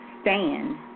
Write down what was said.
stand